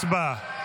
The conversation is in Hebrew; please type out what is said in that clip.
הצבעה.